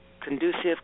Conducive